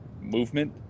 movement